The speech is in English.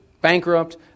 bankrupt